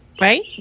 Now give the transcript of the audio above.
Right